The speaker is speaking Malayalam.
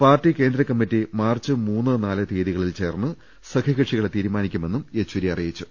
പാർട്ടി കേന്ദ്ര കമ്മിറ്റി മാർച്ച് മൂന്ന് നാല് തീയതികളിൽ ചേർന്ന് സഖ്യക ക്ഷികളെ തീരുമാനിക്കുമെന്നും യെച്ചൂരി അറിയിച്ചു